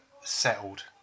settled